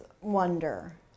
wonder